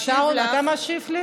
המשיב לך, אתה משיב לי